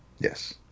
yes